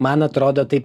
man atrodo taip